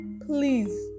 please